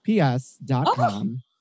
PS.com